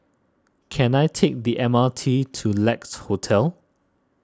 can I take the M R T to Lex Hotel